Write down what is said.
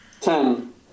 Ten